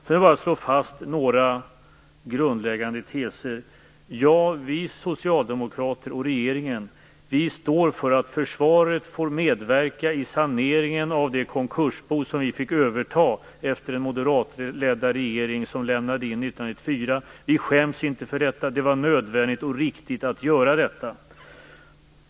Jag vill slå fast några grundläggande teser. För det första: Vi socialdemokrater och regeringen står för att Försvaret får medverka i saneringen av det konkursbo som vi fick överta efter den moderatledda regering som lämnade in 1994. Vi skäms inte för detta. Det var nödvändigt och riktigt att göra det.